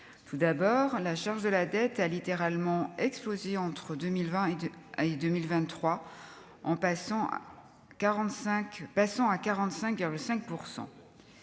tout d'abord, la charge de la dette, a littéralement explosé entre 2020 et 2 A et 2023 en passant à 45,